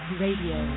radio